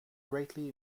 greatly